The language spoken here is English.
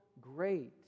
great